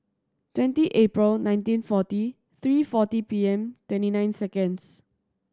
twenty April nineteen forty three forty P M twenty nine seconds